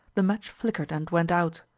the match flickered and went out.